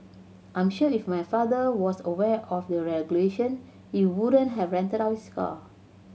I'm sure if my father was aware of the regulations he wouldn't have rented out his car